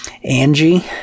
Angie